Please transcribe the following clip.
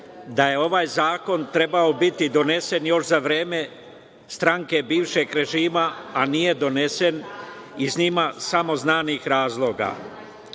da je ovaj zakon trebao biti donesen još za vreme stranke bivšeg režima, a nije donesen iz samo njima znanih razloga. Drugo,